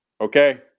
Okay